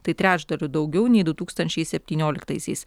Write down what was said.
tai trečdaliu daugiau nei du tūkstančiai septynioliktaisiais